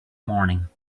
morning